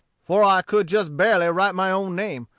for i could just barely write my own name.